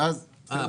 אה,